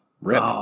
Rip